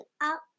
up